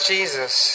Jesus